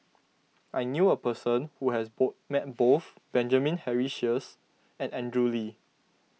I knew a person who has ball met both Benjamin Henry Sheares and Andrew Lee